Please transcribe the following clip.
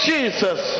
Jesus